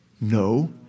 No